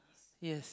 yes